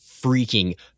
freaking